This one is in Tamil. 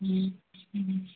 ம் ம் ம்